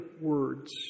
words